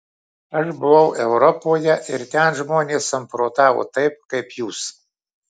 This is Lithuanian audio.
aš buvau europoje ir ten žmonės samprotavo taip kaip jūs